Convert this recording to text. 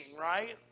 right